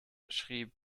schrieb